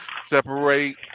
separate